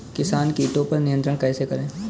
किसान कीटो पर नियंत्रण कैसे करें?